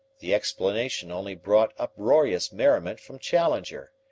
the explanation only brought uproarious merriment from challenger.